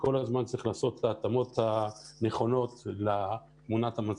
וכל הזמן צריך לעשות התאמות נכונות לתמונת המצב.